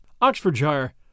Oxfordshire